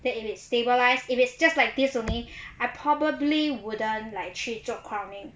then if it stabilised if it's just like this only I probably wouldn't like 去做 crowning